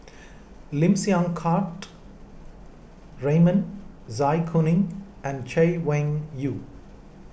Lim Siang Keat Raymond Zai Kuning and Chay Weng Yew